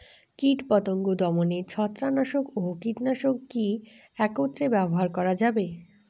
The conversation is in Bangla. কীটপতঙ্গ দমনে ছত্রাকনাশক ও কীটনাশক কী একত্রে ব্যবহার করা যাবে?